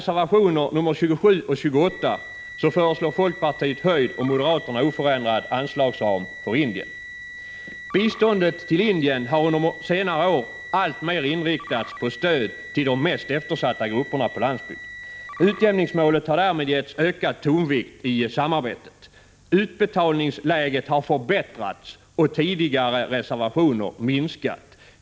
67 Biståndet till Indien har under senare år alltmer inriktats på stöd till de mest eftersatta grupperna på landsbygden. Utjämningsmålet har därmed getts ökad tonvikt i samarbetet. Utbetalningsläget har förbättrats och tidigare reservationer minskat.